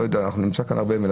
אני נמצא כאן הרבה,